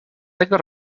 tego